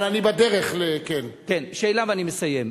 אבל אני בדרך, שאלה ואני מסיים.